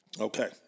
Okay